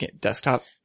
desktop